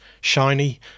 shiny